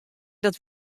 dat